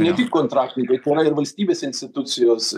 ne tik kontraktininkai tai yra ir valstybės institucijos